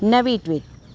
નવી ટ્વીટ